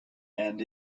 and